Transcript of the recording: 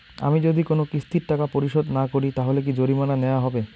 আমি যদি কোন কিস্তির টাকা পরিশোধ না করি তাহলে কি জরিমানা নেওয়া হবে?